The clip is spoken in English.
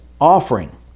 offering